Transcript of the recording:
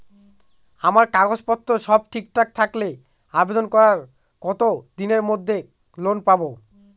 আমার কাগজ পত্র সব ঠিকঠাক থাকলে আবেদন করার কতদিনের মধ্যে ঋণ পাব?